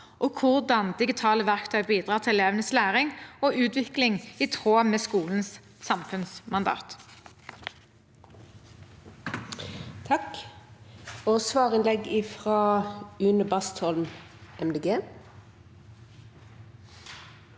og hvordan digitale verktøy bidrar til elevenes læring og utvikling i tråd med skolens samfunnsmandat. Une Bastholm (MDG)